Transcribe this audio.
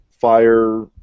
fire